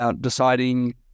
deciding